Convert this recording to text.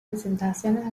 presentaciones